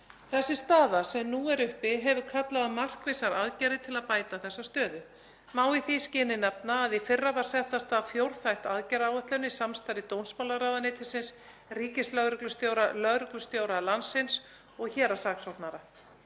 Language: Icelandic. Þessi staða sem nú er uppi hefur kallað á markvissar aðgerðir til að bæta þessa stöðu. Má í því skyni nefna að í fyrra var sett af stað fjórþætt aðgerðaáætlun í samstarfi dómsmálaráðuneytisins, ríkislögreglustjóra, lögreglustjóra landsins og héraðssaksóknara.